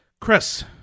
Chris